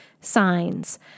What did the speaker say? signs